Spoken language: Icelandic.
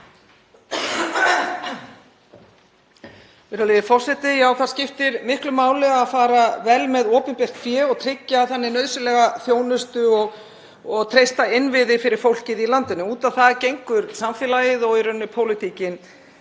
Það skiptir miklu máli að fara vel með opinbert fé og tryggja þannig nauðsynlega þjónustu og treysta innviði fyrir fólkið í landinu og út á það gengur samfélagið og í rauninni pólitíkin